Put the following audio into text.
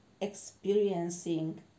experiencing